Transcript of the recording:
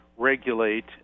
regulate